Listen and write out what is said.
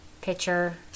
picture